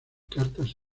cartas